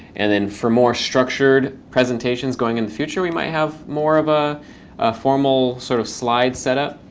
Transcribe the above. and then for more structured presentations, going in the future we might have more of a formal sort of slide setup,